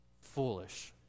foolish